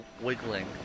wiggling